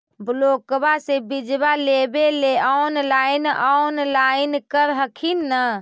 ब्लोक्बा से बिजबा लेबेले ऑनलाइन ऑनलाईन कर हखिन न?